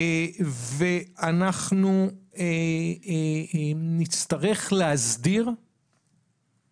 ואנחנו נצטרך להסדיר את זה,